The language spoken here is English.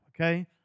okay